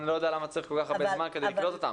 אני לא יודע למה צריך כל כך הרבה זמן כדי לקלוט אותם.